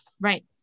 right